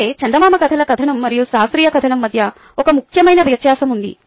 అయితే చందమామ కథల కథనం మరియు శాస్త్రీయ కథనం మధ్య ఒక ముఖ్యమైన వ్యత్యాసం ఉంది